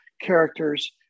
characters